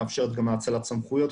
מאפשרת גם האצלת סמכויות,